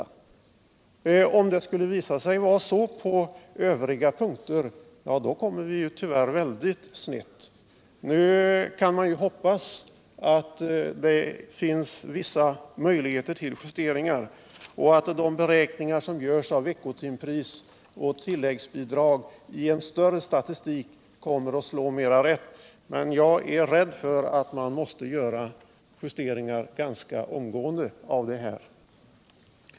Om det skulle visa sig vara på samma sätt beträffande övriga punkter kommer vi tyvärr mycket snett. Man kan hoppas att det finns vissa möjligheter till justeringar och att de beräkningar som görs av veckotimpris och tilläggsbidrag kommer att slå mera rätt i en större statistik. Men jag är rädd för att man måste företa justeringar i systemet ganska omgående. den det ej vill röstar nej. Nytt statsbidrag den det ej vill röstar nej.